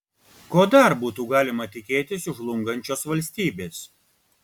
ko dar būtų galima tikėtis iš žlungančios valstybės